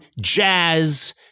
jazz